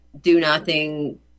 do-nothing